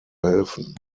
helfen